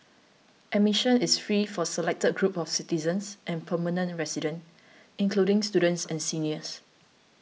admission is free for selected groups of citizens and permanent residents including students and seniors